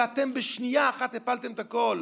ואתם בשנייה אחת הפלתם את הכול.